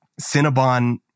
Cinnabon